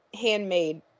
Handmade